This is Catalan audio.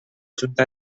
junta